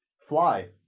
fly